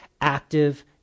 active